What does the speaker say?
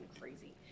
crazy